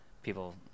People